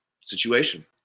situation